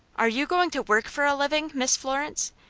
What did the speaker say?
are you going to work for a living, miss florence?